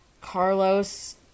Carlos